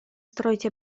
строить